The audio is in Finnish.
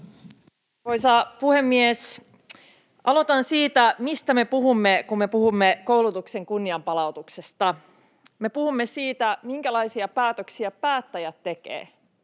Aloitan siitä, että mistä me puhumme, kun puhumme koulutuksen kunnianpalautuksesta. Me puhumme siitä, minkälaisia päätöksiä päättäjät tekevät,